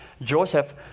Joseph